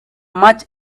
much